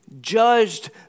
judged